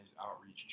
outreach